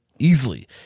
Easily